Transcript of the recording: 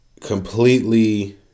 Completely